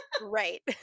right